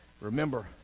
Remember